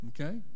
okay